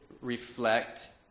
reflect